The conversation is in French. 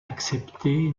accepté